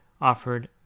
offered